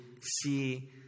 see